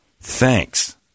Thanks